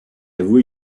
avoue